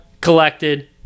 collected